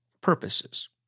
purposes